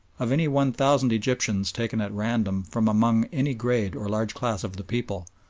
of any one thousand egyptians taken at random from among any grade or large class of the people,